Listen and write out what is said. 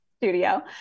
Studio